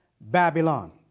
Babylon